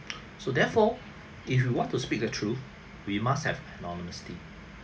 so therefore if you want to speak the truth we must have anonymity